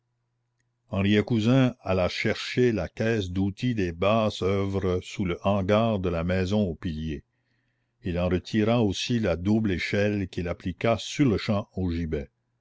henriet cousin alla chercher la caisse d'outils des basses oeuvres sous le hangar de la maison aux piliers il en retira aussi la double échelle qu'il appliqua sur-le-champ au gibet